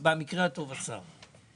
או במקרה הטוב לשר.